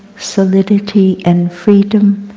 solidity and freedom